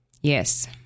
Yes